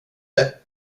det